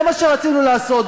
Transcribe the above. זה מה שרצינו לעשות.